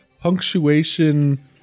punctuation